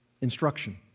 Instruction